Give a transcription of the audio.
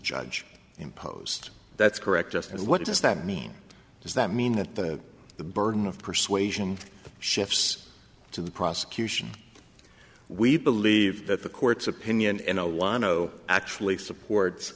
judge imposed that's correct just what does that mean does that mean that the burden of persuasion shifts to the prosecution we believe that the court's opinion and no one no actually supports